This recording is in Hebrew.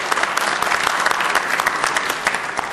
(מחיאות כפיים)